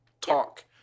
talk